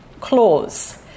clause